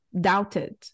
doubted